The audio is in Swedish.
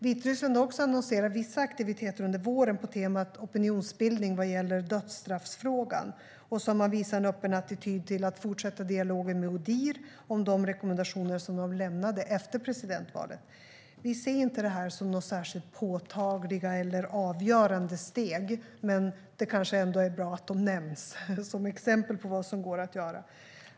Vitryssland har också annonserat vissa aktiviteter under våren på temat opinionsbildning vad gäller dödsstraffsfrågan och har visat en öppen attityd till att fortsätta dialogen med ODIR om de rekommendationer som de lämnade efter presidentvalet. Vi ser inte det här som några särskilt påtagliga eller avgörande steg, men det kanske ändå är bra att de nämns som exempel på vad som går att göra.